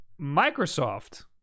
microsoft